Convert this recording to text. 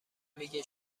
میگه